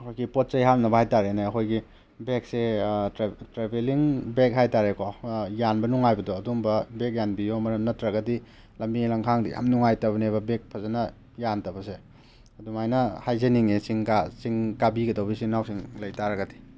ꯑꯩꯈꯣꯏꯒꯤ ꯄꯣꯠ ꯆꯩ ꯍꯥꯞꯅꯕ ꯍꯥꯏꯇꯥꯔꯦꯅꯦ ꯑꯩꯈꯣꯏꯒꯤ ꯕꯦꯛꯁꯦ ꯇ꯭ꯔꯥꯕꯦꯂꯤꯡ ꯕꯦꯛ ꯍꯥꯏꯇꯥꯔꯦ ꯀꯣ ꯌꯥꯟꯕ ꯅꯨꯡꯉꯥꯏꯕꯗꯣ ꯑꯗꯨꯒꯨꯝꯕ ꯕꯦꯛ ꯌꯥꯟꯕꯤꯌꯣ ꯃꯔꯝ ꯅꯠꯇ꯭ꯔꯒꯗꯤ ꯂꯝꯕꯤ ꯂꯝꯈꯥꯡꯗ ꯌꯥꯝ ꯅꯨꯡꯉꯥꯏꯇꯕꯅꯦꯕ ꯕꯦꯛ ꯐꯖꯅ ꯌꯥꯟꯗꯕꯁꯦ ꯑꯗꯨꯃꯥꯏꯅ ꯍꯥꯏꯖꯅꯤꯡꯉꯦ ꯆꯤꯡ ꯆꯤꯡ ꯀꯥꯕꯤꯒꯗꯧꯕ ꯏꯆꯤꯟ ꯏꯅꯥꯎꯁꯤꯡ ꯂꯩ ꯇꯥꯔꯒꯗꯤ